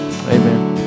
Amen